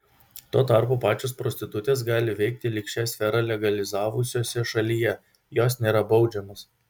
tuo tarpu pačios prostitutės gali veikti lyg šią sferą legalizavusiose šalyje jos nėra baudžiamos